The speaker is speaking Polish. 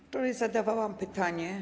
Wczoraj zadawałam pytanie.